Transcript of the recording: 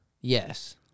Yes